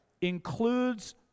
includes